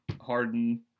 Harden